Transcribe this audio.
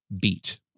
beat